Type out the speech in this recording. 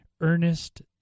Ernest